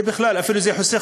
זה אפילו חוסך.